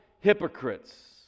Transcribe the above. hypocrites